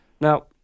Now